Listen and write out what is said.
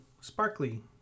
sparkly